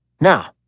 Now